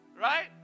Right